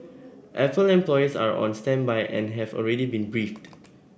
apple employees are on standby and have already been briefed